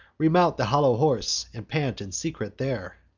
remount the hollow horse, and pant in secret there.